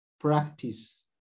practice